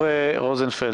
רוזנפלד,